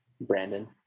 brandon